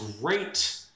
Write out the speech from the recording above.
great